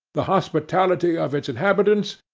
the hospitality of its inhabitants,